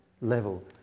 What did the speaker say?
level